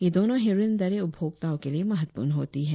ये दोनो ही ऋण दरें उपभोक्ताओ के लिए महत्वपूर्ण होती हैं